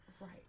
Right